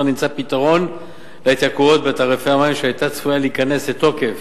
נמצא פתרון להתייקרות בתעריפי המים שכניסתה לתוקף